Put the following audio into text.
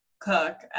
cook